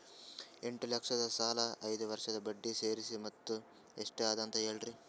ಎಂಟ ಲಕ್ಷ ಸಾಲದ ಐದು ವರ್ಷದ ಬಡ್ಡಿ ಸೇರಿಸಿ ಮೊತ್ತ ಎಷ್ಟ ಅದ ಅಂತ ಹೇಳರಿ?